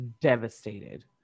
devastated